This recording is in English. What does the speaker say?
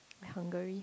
my Hungary